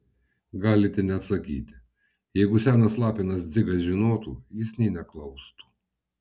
galite neatsakyti jeigu senas lapinas dzigas žinotų jis nė neklaustų